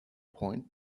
point